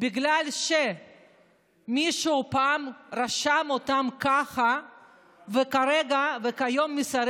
בגלל שמישהו פעם רשם אותם ככה וכיום מסרב